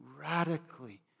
radically